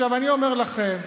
אני אומר לכם,